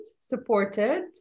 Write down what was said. supported